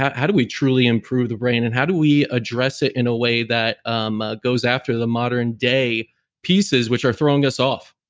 how do we truly improve the brain and how do we address it in a way that um ah goes after the modern day pieces which are throwing us off?